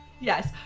Yes